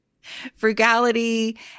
Frugality